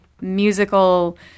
musical